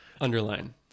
Underline